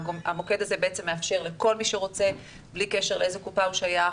המוקד הזה מאפשר לכל מי שרוצה בלי קשר לאיזו קופה הוא שייך,